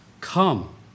Come